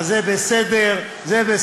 אז זה בסדר, זה בסדר.